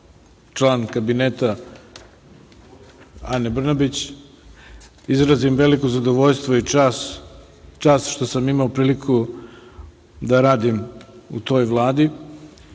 član Kabineta Ane Brnabić, izrazim veliko zadovoljstvo i čast što sam imao priliku da radim u toj Vladi. Isto